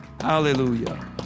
Hallelujah